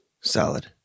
Solid